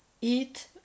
eat